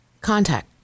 contact